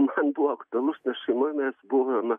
man buvo aktualus nes šeimoj mes buvome